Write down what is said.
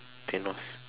Thanos